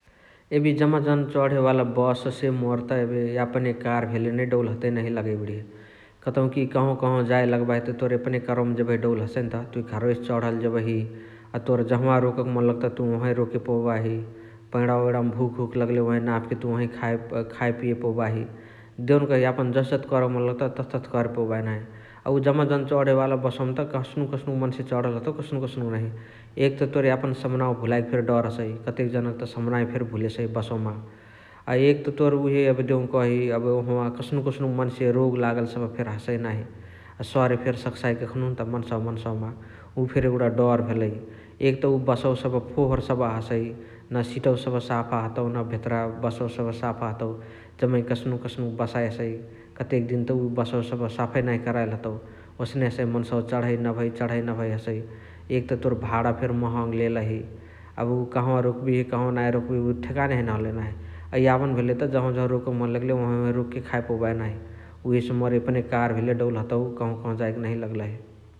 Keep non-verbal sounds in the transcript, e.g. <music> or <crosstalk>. एबे इअ जम्मा जना चण्हे वाला बससे मोर त एबे कार भेले नै डौल हतइ नहिया लगइ बणिहे । कतउकी कहवा कहवा जयी लगबाही तोर एपने करवमा जेबही डौल हसइनत तुइ घरवसे चण्हल जेबही अ तोर जहवा रोकके मन लगताउ तुइ ओहवही रोके पौबाही । पैणावा वैणावमा भुख उख लगले नाभके तुइ ओहवही <unintelligible> नाभके खाए पियी पौबाही । देउनकही यापन जथी जथी करके मन लगताउ तथ तथ करे पौबाही नाही । अ उअ जम्मा जन चण्हे वाला बसवमा त कस्नुक कस्नुक मन्से चण्हल हसौ कस्नुक कस्नुक नाही । एक त तोर यापन समान्आवा भुलाईकी फेरी डर हसइ कतेक जनक त समनावा फेरी भुलेसही बसवमा । अ एक त तोर उहे एबे देउकही एबे ओहवा कस्नुक कस्नुक मन्से रोग लागल फेरी हसइ नाही । हसे सरे फेरी सकसाइ कखनहु त मन्सावा मन्सावमा उ फेरी एगुणा डर भेलइ । एक त उ बसवा सबह फोहर सबह हसइ न सिटवा सबह साफा हतउ न भेतरअ बसवा साफा हतउ । जम्मै कस्नुक कस्नुक बसाइ हसइ । कतेक दिन त उअ बसवा सबह साफा नाही कराइल हतउ । ओसने हसइ मन्साव सबहा चणही नभइ चणही नभइ हसइ । एक त तोर भाणा फेरी महङ लेलही । एबे उ कहवा रोकबिहे कवनाही रोकबिहे उ ठेकाने हैने हलही नाही । अ यापन भेले त जहवा जहवा रोकके मन लगले वहवही वहवही रोकके खाए पौबाही नाही । उहेसे मोर एपने कार भेले डौल हतउ कहवा कहवा जाएके नहिय लगलही ।